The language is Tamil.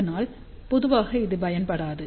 அதனால் பொதுவாக இது பயன்படுத்தப்படாது